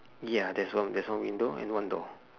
ya there's one there's one window and one door